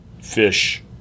fish